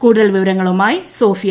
കൂടുതൽ വിവരങ്ങളുമായി സോഫിയ